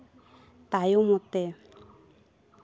ᱛᱟᱭᱚᱢ ᱛᱮ